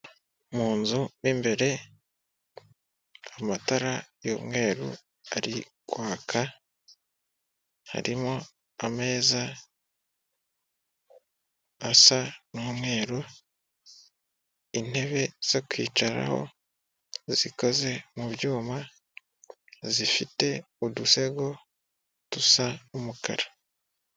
Mu nzu mo imbere, amatara y'umweru ari kwaka, harimo ameza asa n'umweru, intebe zo kwicaraho zikoze mu byuma, zifite udusego dusa n'umukara.